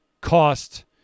cost